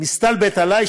מסתלבט עלי,